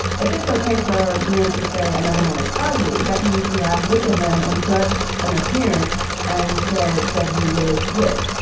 if it's ok for men to say another man, it's ugly. that means you have looked at him and judged an appearance and said that he was this.